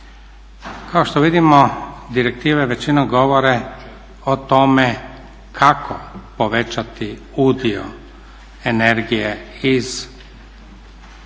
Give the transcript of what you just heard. kao što vidimo direktive većinom govore o tome kako povećati udio energije iz